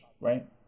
right